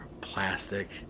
plastic